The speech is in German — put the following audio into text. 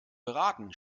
beraten